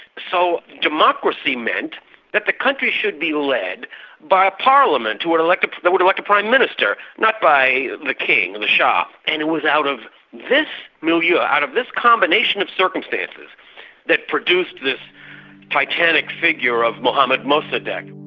so democracy meant that the country should be led by a parliament who would elect a but would elect a prime minister, not by the king, the shah. and it was out of this milieu, ah out of this combination of circumstances that produced this titanic figure of mohammad mosaddegh.